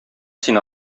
син